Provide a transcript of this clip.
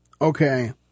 Okay